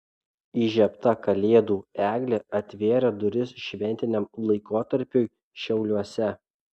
įžiebta kalėdų eglė atvėrė duris šventiniam laikotarpiui šiauliuose